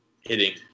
hitting